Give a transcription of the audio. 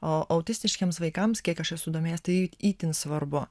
o autistiškiems vaikams kiek aš esu domėjęs tai itin svarbu